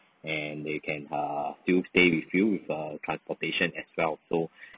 and they can err still stay with you with the transportation as well so